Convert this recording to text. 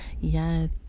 Yes